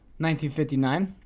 1959